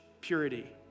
purity